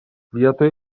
vietoje